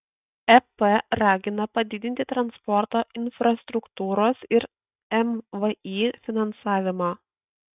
ep ragina padidinti transporto infrastruktūros ir mvį finansavimą